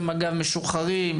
למשוחררי מג"ב,